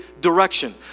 direction